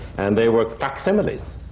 and they were facsimiles,